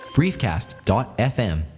briefcast.fm